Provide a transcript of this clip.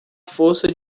força